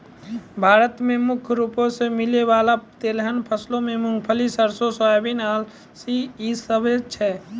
भारत मे मुख्य रूपो से मिलै बाला तिलहन फसलो मे मूंगफली, सरसो, सोयाबीन, अलसी इ सभ छै